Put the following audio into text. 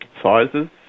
sizes